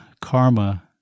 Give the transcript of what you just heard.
karma